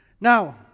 Now